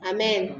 Amen